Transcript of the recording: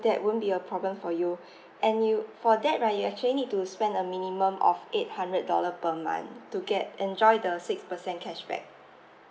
that won't be a problem for you and you for that right you actually need to spend a minimum of eight hundred dollar per month to get enjoy the six percent cashback